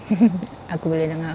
aku boleh dengar